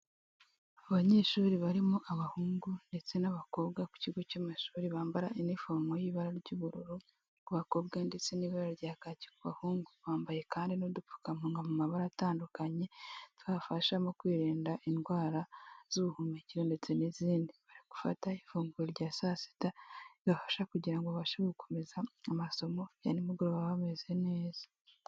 Abanyeshuri barimo abahungu ndetse n'abakobwa ku kigo cy'amashuri bambara inifomo y'ibara ry'ubururu rw'abakobwa ndetse n'ibara rya kacyi ku bahungu, bambaye kandi n'udupfukamunwa mu mabara atandukanye twabafasha mu kwirinda indwara z'ubuhumekero ndetse n'izindi. Bari gufata ifunguro rya saa sita ribafasha kugira babashe gukomeza amasomo ya nimugoroba bameze neza.